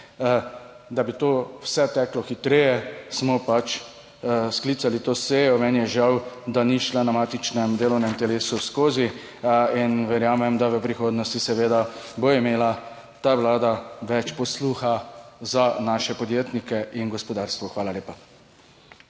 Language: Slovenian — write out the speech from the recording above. Da bi to vse teklo hitreje, smo pač sklicali to sejo, meni je žal, da ni šla na matičnem delovnem telesu skozi in verjamem, da v prihodnosti seveda bo imela ta Vlada več posluha. Za naše podjetnike in gospodarstvo. Hvala lepa.